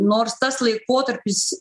nors tas laikotarpis